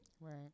Right